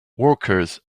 workers